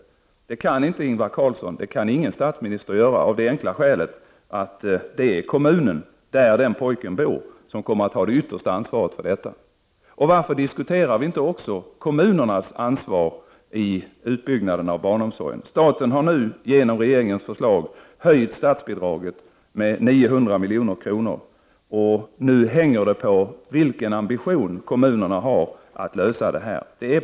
Men det kan Ingvar Carlsson inte göra — och det kan heller ingen statsminister göra — av det enkla skälet att det är den kommun där pojken bor som kommer att ha det yttersta ansvaret för detta. Varför diskuterar vi inte kommunernas ansvar i fråga om utbyggnaden av barnomsorgen? Staten har, på regeringens förslag, alltså höjt statsbidraget med 900 miljoner. Nu hänger det på vilken ambition kommunerna har när det gäller att åstadkomma en lösning här.